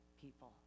people